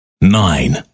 nine